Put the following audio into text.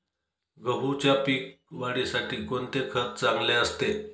गहूच्या पीक वाढीसाठी कोणते खत चांगले असते?